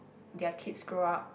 their kids grow up